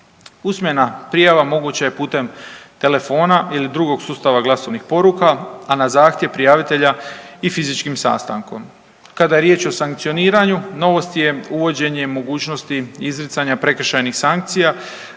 Usmena prijava moguća je putem telefona ili drugog sustava glasovnih poruka, a na zahtjev prijavitelja i fizičkim sastankom. Kada je riječ o sankcioniranju novost je uvođenje i mogućnost izricanja prekršajnih sankcija